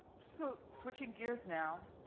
so switching gears now,